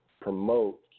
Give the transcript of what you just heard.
promote